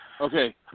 Okay